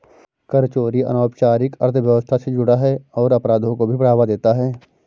कर चोरी अनौपचारिक अर्थव्यवस्था से जुड़ा है और अपराधों को भी बढ़ावा देता है